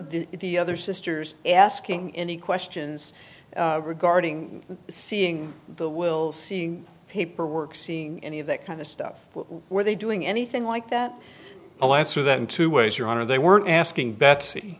the other sisters asking any questions regarding seeing the will seeing paperwork seeing any of that kind of stuff were they doing anything like that alas or that in two ways your honor they weren't asking betsy